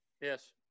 Yes